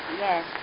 Yes